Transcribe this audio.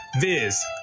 Viz